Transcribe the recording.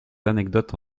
anecdotes